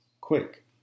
quick